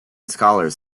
scholars